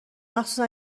مخصوصن